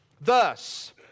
Thus